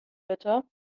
bitte